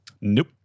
Nope